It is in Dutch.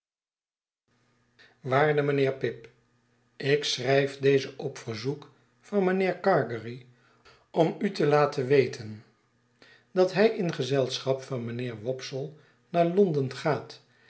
waarde mijnheer pip ik schrijf dezen op verzoek van mynheer gargery om u te laten weten dat hij in gezelschap van mijnheer wopsle naar london gaat